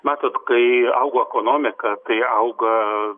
matot kai augo ekonomika tai auga